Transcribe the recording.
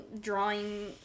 drawing